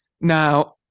Now